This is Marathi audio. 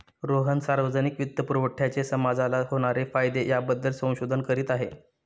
रोहन सार्वजनिक वित्तपुरवठ्याचे समाजाला होणारे फायदे याबद्दल संशोधन करीत आहे